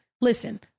listen